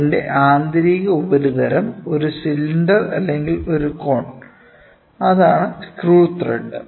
അതിന്റെ ആന്തരിക ഉപരിതലം ഒരു സിലിണ്ടർ അല്ലെങ്കിൽ ഒരു കോൺ അതാണ് സ്ക്രൂ ത്രെഡ്